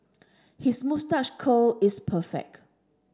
his moustache curl is perfect